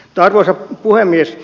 arvoisa puhemies